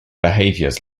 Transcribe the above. behaviors